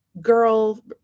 girl